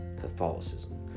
Catholicism